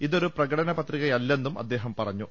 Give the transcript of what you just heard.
ഇതൊരു പ്രകടന പത്രികയല്ലെന്നും അദ്ദേഹം പറഞ്ഞു